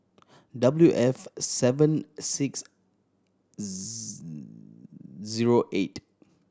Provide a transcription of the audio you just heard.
W F seven six zero eight